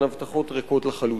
הן הבטחות ריקות לחלוטין.